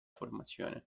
formazione